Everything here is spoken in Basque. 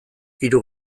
hiru